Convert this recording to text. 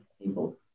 people